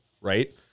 right